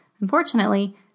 Unfortunately